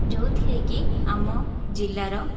ଯେଉଁଥିରେ କି ଆମ ଜିଲ୍ଲାର